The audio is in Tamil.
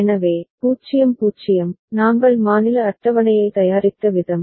எனவே 0 0 நாங்கள் மாநில அட்டவணையை தயாரித்த விதம்